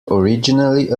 originally